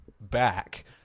back